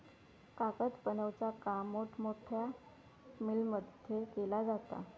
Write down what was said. कागद बनवुचा काम मोठमोठ्या मिलमध्ये केला जाता